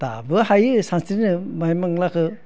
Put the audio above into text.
दाबो हायो सानस्रिनो बाहाय बांलाखो